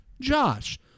Josh